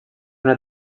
una